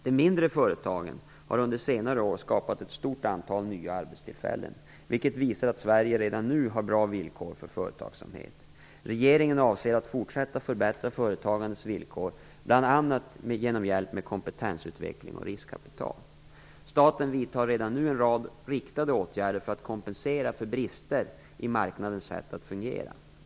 De mindre företagen har under senare år skapat ett stort antal nya arbetstillfällen, vilket visar att Sverige redan nu har bra villkor för företagsamhet. Regeringen avser att fortsätta förbättra företagandets villkor bl.a. genom hjälp med kompetensutveckling och riskkapital. Staten vidtar redan nu en rad riktade åtgärder för att kompensera för brister i marknadens sätt att fungera.